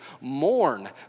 Mourn